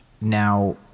Now